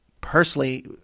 personally